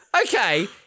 okay